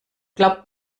glaubt